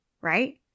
right